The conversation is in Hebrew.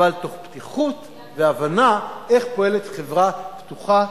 אבל תוך פתיחות והבנה איך פועלת חברה פתוחה,